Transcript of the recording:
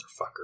motherfucker